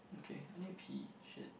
okay I need to pee shit